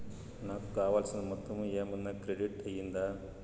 నాకు రావాల్సిన మొత్తము ఏమన్నా క్రెడిట్ అయ్యిందా